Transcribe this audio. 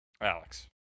Alex